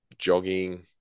jogging